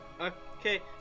okay